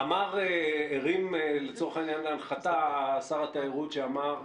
הרים לצורך העניין להנחתה שר התיירות ואמר,